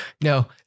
no